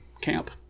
camp